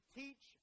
teach